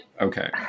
Okay